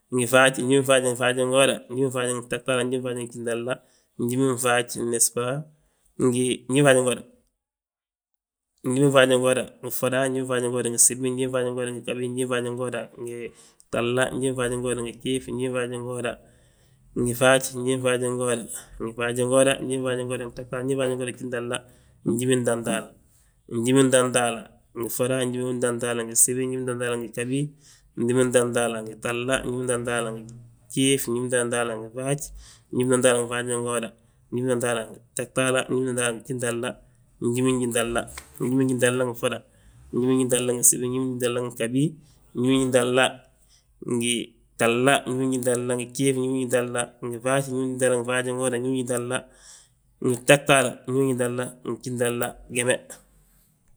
njiminfaaji ngi faaj, njiminfaaji ngi faajingooda, njiminfaaji ngi gtahtaala, njiminfaaj ngi gjintahla, njiminfaaj ngi nesba, ngi njiminfaajingooda, njiminfaajingooda ngi ffoda, njiminfaajingooda ngi gsibi, njiminfaajingooda ngi ghabi, njiminfaajingooda ngi gtahla, njiminfaajingooda ngi gjiif, njiminfaajingooda ngi faaj, njiminfaajingooda ngi faajingooda, njiminfaajingooda ngi gtahtaal, njiminfaajingooda ngi gjintahla, njimintahtaala, njimintahtaala ngi ffoda, njimintahtaala ngi gsibi, njimintahtaala ngi ghabi, njimintahtaala ngi gtahla, njimintahtaala ngi gjiif, njimintahtaala ngi faaj, njimintahtaala ngi faajingooda, njimintahtaala ngi gtahtaala, njimintahtaala ngi gjintahla, njiminjintahla, njiminjintahla ngi ffoda, njiminjintahla ngi gsibi, njiminjintahla ngi ghabi, njiminjintahla ngi gtahla, njiminjintahla ngi gjiif, njiminjintahla ngi faaj, njiminjintahla ngi faajingooda, njiminjintahla ngi gtahtaala, njiminjintahla ngi gjinthala, geme.